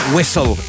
Whistle